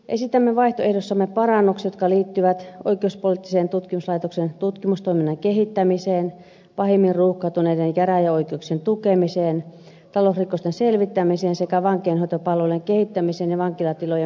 esitämme vaihtoehdossamme parannuksia jotka liittyvät oikeuspoliittisen tutkimuslaitoksen tutkimustoiminnan kehittämiseen pahimmin ruuhkautuneiden käräjäoikeuksien tukemiseen talousrikosten selvittämiseen sekä vankeinhoitopalvelujen kehittämiseen ja vankilatilojen peruskorjaukseen